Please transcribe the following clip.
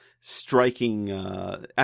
striking